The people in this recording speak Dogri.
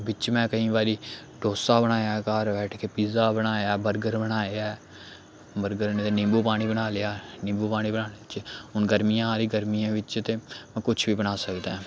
बिच्च में केईं बारी डोसा बनाया घर बैठ के पिज्जा बनाया बर्गर बनाया ऐ बर्गर ते नेईं ते निंबू पानी बना लेआ निंबू पानी बनान च हून गर्मियां आ गर्मियें बिच्च ते कुछ बी बना सकदा ऐ